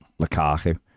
Lukaku